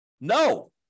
No